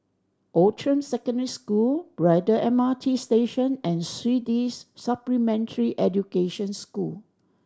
Outram Secondary School Braddell M R T Station and Swedish Supplementary Education School